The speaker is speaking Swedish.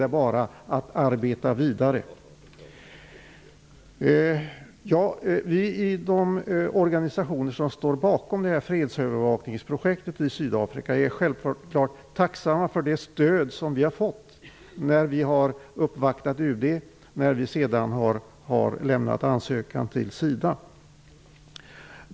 Det är bara att arbeta vidare för oss. Vi i de organisationer som står bakom fredsövervakningsprojektet i Sydafrika är självfallet tacksamma för det stöd som vi har fått när vi har uppvaktat UD och när vi har lämnat in ansökan till SIDA.